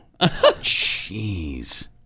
Jeez